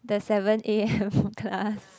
the seven A_M class